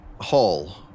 hall